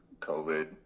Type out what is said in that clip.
COVID